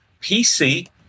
PC